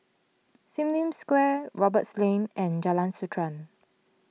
Sim Lim Square Roberts Lane and Jalan Sultan